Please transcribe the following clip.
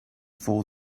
fall